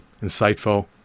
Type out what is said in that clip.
insightful